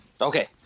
Okay